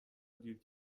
دیر